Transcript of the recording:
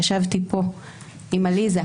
ישבתי פה עם עליזה.